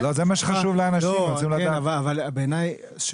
בעיניי,